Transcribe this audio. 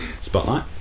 Spotlight